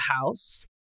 house